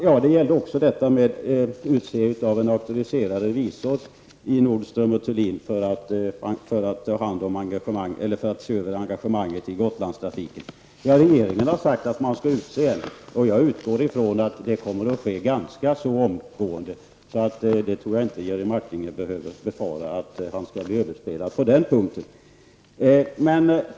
Det gällde också detta med att utse en auktoriserad revisor i Nordström & Thulin som skulle se över engagemanget i Gotlandstrafiken. Regeringen har sagt att man skall utse en, och jag utgår ifrån att det kommer att ske ganska så omgående. Jag tror alltså inte att Jerry Martinger behöver befara att han skall bli överspelad på den punkten.